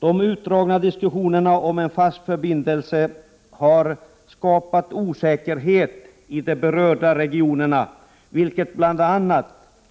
De utdragna diskussionerna om en fast förbindelse har skapat osäkerhet i de berörda regionerna, vilket bl.a.